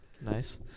Nice